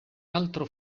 altro